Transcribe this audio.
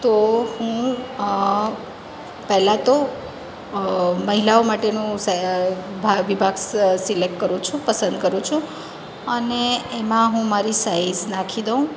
તો હું પહેલાં તો મહિલાઓ માટેનું સે વિભાગ સિલેક્ટ કરું છું પસંદ કરું છું અને એમાં હું મારી સાઇઝ નાખી દઉં